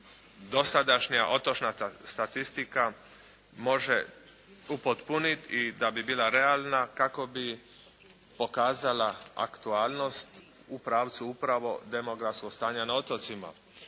dosadašnja otočna statistika može upotpuniti i da bi bila realna kako bi pokazala aktualnost u pravcu upravo demografskog stanja na otocima.